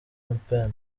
mupende